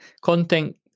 content